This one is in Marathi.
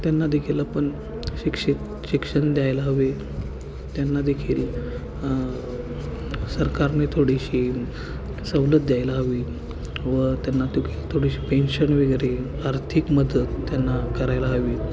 त्यांना देखील आपण शिक्षित शिक्षण द्यायला हवे त्यांना देखील सरकारने थोडीशी सवलत द्यायला हवी व त्यांनादेखील थोडीशी पेन्शन वगैरे आर्थिक मदत त्यांना करायला हवी